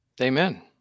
Amen